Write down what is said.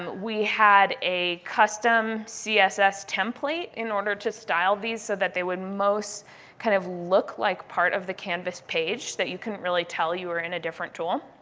we had a custom css template in order to style these so that they would most kind of look like part of the canvas page that you couldn't really tell you are in a different tool.